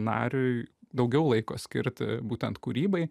nariui daugiau laiko skirti būtent kūrybai